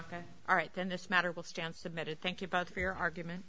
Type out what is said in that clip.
chaka all right then this matter will stand submitted thank you both for your argument